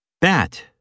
Bat